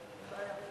שם.